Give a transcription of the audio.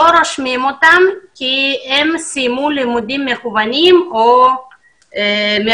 לא רושמים אותם כי הם סיימו לימודים בחוץ מקוונים או מרחוק,